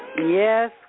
Yes